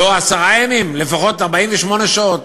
לא עשרה ימים, לפחות 48 שעות.